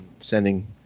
sending